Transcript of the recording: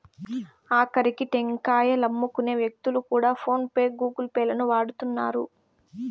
ఆకరికి టెంకాయలమ్ముకునే వ్యక్తులు కూడా ఫోన్ పే గూగుల్ పే లను వాడుతున్నారు